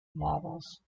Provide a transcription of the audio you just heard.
models